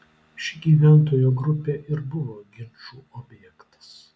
ši gyventojų grupė ir buvo ginčų objektas